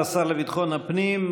תודה לשר לביטחון הפנים.